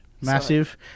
Massive